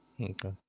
Okay